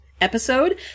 episode